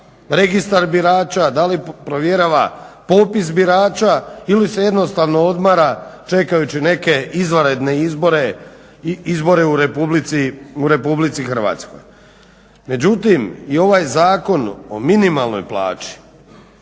registar birača? Da li provjerava popis birača ili se jednostavno odmara čekajući neke izvanredne izbore u Republici Hrvatskoj. Međutim, i ovaj Zakon o minimalnoj plaći